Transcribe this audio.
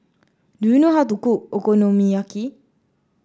do you know how to cook Okonomiyaki